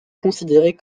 considérées